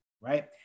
Right